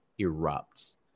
erupts